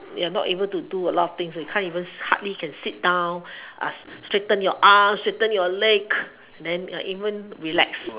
you are not able to do a lot of thing we can't even hardly can sit down straighten your arm straighten your leg then even relax